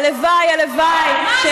הלוואי, הלוואי, מה עשית בארבע השנים האחרונות?